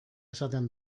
esaten